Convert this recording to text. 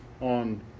on